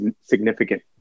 significant